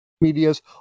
medias